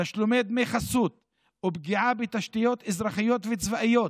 תשלומי דמי חסות ופגיעה בתשתיות אזרחיות וצבאיות".